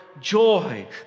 joy